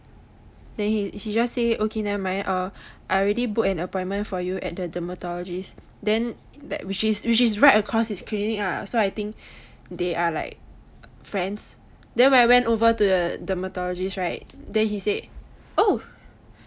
then he he just say okay never mind err I already book an appointment for you at the dermatologist then that which is which is right across his clinic lah so I think they are like friends then when I went over to the dermatologist right then he said oh